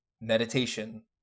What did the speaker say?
meditation